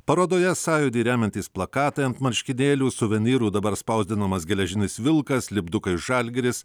parodoje sąjūdį remiantys plakatai ant marškinėlių suvenyrų dabar spausdinamas geležinis vilkas lipdukai žalgiris